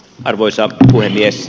arvoisa puhemies